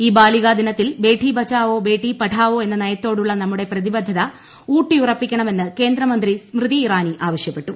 ഈ ബാലികാ ദിനത്തിൽ ബേഠി ബച്ചാവോ ബേഠി പഠാവോ എന്ന നയത്തോടുള്ള നമ്മുടെ പ്രതിബ്ദ്ധ്ത ഊട്ടിയുറപ്പിക്കണമെന്ന് കേന്ദ്ര മന്ത്രി സ്മൃതി ഇറാനി ആവശ്യപ്പെട്ടു